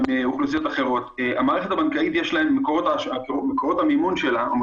המערכת הבנקאית, מקורות המימון שלה הם